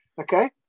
okay